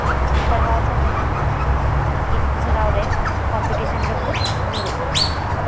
ᱯᱟᱲᱦᱟᱣ ᱥᱮ ᱡᱟᱦᱟᱱ ᱥᱮᱬᱟᱭ ᱨᱮ ᱠᱚᱢᱯᱤᱴᱤᱥᱮᱱ ᱨᱮᱠᱚ ᱧᱩᱨᱩᱜ ᱠᱟᱱᱟ